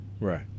right